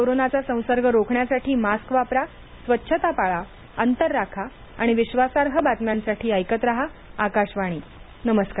कोरोनाचा संसर्ग रोखण्यासाठी मास्क वापरा स्वच्छता पाळा अंतर राखा आणि विश्वासार्ह बातम्यांसाठी ऐकत रहा आकाशवाणी नमस्कार